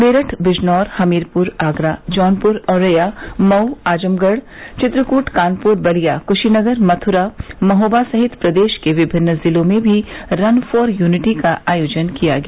मेरठ बिजनौर हमीरपुर आगरा जौनपुर औरैया मऊ आजमगढ़ चित्रकूट कानपुर बलिया कुशीनगर मथुरा महोबा सहित प्रदेश के विभिन्न जिलों में भी रन फॉर यूनिटी का आयोजन किया गया